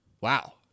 Wow